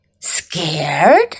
Scared